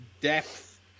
depth